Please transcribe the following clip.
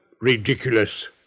Ridiculous